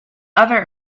other